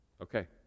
Okay